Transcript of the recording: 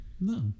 No